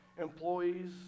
employees